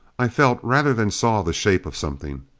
i felt rather than saw the shape of something.